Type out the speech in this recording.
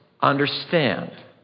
understand